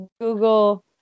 Google